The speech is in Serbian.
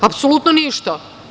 Apsolutno ništa.